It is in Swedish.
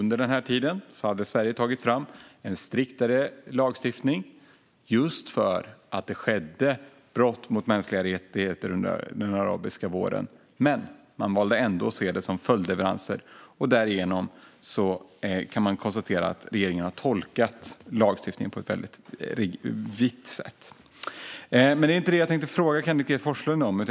Under den tiden hade Sverige tagit fram en striktare lagstiftning just för att det skedde brott mot mänskliga rättigheter under den arabiska våren. Men man valde ändå att se det som följdleveranser, och därigenom kan man konstatera att regeringen har tolkat lagstiftningen på ett väldigt vitt sätt. Men det är inte det som jag tänkte fråga Kenneth G Forslund om.